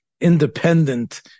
independent